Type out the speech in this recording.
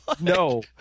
No